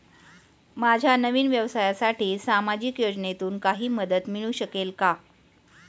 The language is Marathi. माझ्या नवीन व्यवसायासाठी सामाजिक योजनेतून काही मदत मिळू शकेल का?